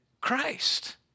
Christ